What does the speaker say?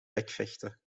bekvechten